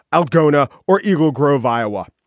algona or eagle grove, iowa,